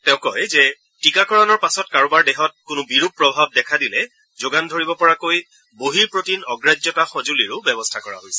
তেওঁ কয় যে টীকাকৰণৰ পাছত কাৰোবাৰ দেহত কোনো বিৰূপ প্ৰভাৱ দেখা দিলে যোগান ধৰিব পৰাকৈ বহিঃপ্ৰটিন অগ্ৰাহ্যতা সজুলিৰো ব্যৱস্থা কৰা হৈছে